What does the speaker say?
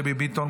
דבי ביטון,